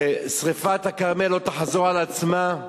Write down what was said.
ששרפת הכרמל לא תחזור על עצמה: